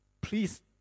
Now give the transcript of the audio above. please